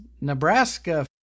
Nebraska